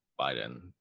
Biden